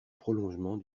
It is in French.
prolongement